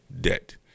debt